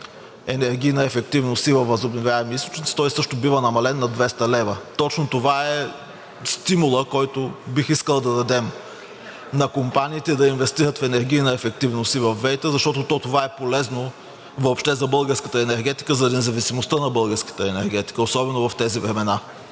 енергийна ефективност и във възобновяеми източници, той също бива намален на 200 лв. Точно това е стимулът, който бих искал да дадем на компаниите да инвестират в енергийна ефективност и във ВЕИ-та, защото това е полезно въобще за българската енергетика, за независимостта на българската енергетика, особено в тези времена.